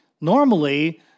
Normally